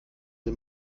sie